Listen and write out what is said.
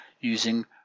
using